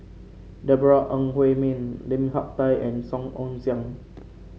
Deborah Ong Hui Min Lim Hak Tai and Song Ong Siang